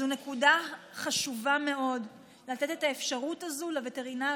זו נקודה חשובה מאוד: לתת את האפשרות הזו לווטרינר